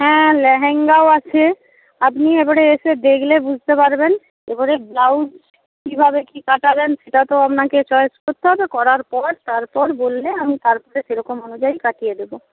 হ্যাঁ লেহেঙ্গাও আছে আপনি এবারে এসে দেখলে বুঝতে পারবেন এবারে ব্লাউজ কীভাবে কী কাটাবেন সেটা তো আপনাকে চয়েস করতে হবে করার পর তারপর বললে আমি তারপরে সেরকম অনুযায়ী কাটিয়ে দেবো